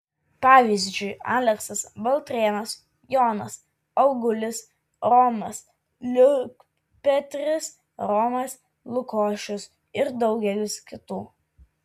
pavyzdžiui aleksas baltrėnas jonas augulis romas liukpetris romas lukošius ir daugelis kitų